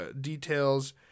details